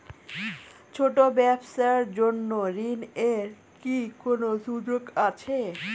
ছোট ব্যবসার জন্য ঋণ এর কি কোন সুযোগ আছে?